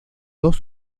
dos